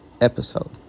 episode